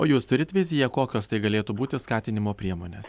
o jūs turit viziją kokios tai galėtų būti skatinimo priemonės